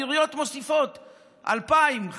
העיריות מוסיפות 2,000,